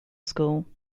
school